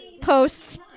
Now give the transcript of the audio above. posts